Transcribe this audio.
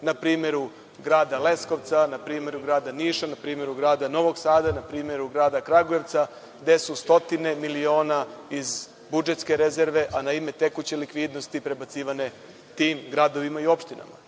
na primeru grada Leskovca, na primeru grada Niša, na primeru grada Novog Sada, na primeru grada Kragujevca, gde su stotine miliona iz budžetske rezerve, a na ime tekuće likvidnosti prebacivane tim gradovima i opštinama. Postavlja